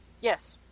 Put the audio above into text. Yes